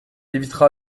évitera